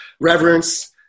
Reverence